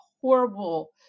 horrible